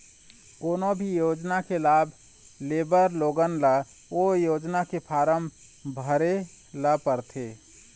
कोनो भी योजना के लाभ लेबर लोगन ल ओ योजना के फारम भरे ल परथे